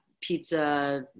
pizza